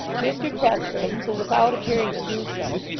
mr chester, who, without appearing to do so,